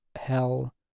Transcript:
hell